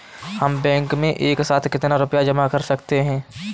हम बैंक में एक साथ कितना रुपया जमा कर सकते हैं?